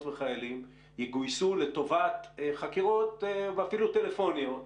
וחיילים יגויסו לטובת חקירות ואפילו טלפוניות,